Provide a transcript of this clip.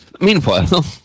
Meanwhile